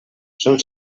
són